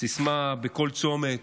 סיסמה בכל צומת,